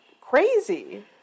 crazy